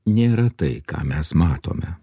nėra tai ką mes matome